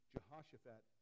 Jehoshaphat